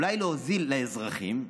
אולי להוזיל לאזרחים,